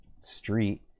street